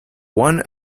one